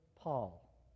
Paul